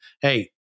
hey